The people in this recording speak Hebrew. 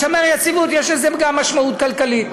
לשמר יציבות, יש לזה גם משמעות כלכלית.